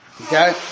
Okay